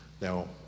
now